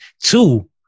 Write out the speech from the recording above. Two